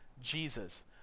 Jesus